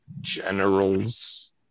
generals